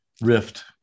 rift